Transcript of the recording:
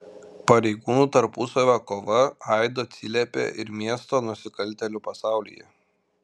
pareigūnų tarpusavio kova aidu atsiliepė ir miesto nusikaltėlių pasaulyje